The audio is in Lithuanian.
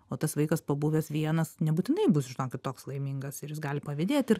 o tas vaikas pabuvęs vienas nebūtinai bus žinokit toks laimingas ir jis gali pavydėt ir